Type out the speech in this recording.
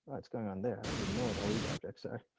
what's going on there. i don't even know what all these objects are